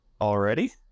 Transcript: Already